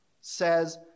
says